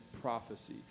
prophecy